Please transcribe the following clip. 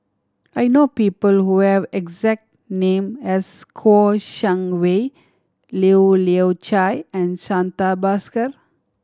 I know people who have exact name as Kouo Shang Wei Leu Yew Chye and Santha Bhaskar